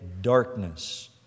darkness